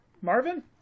Marvin